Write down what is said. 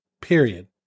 period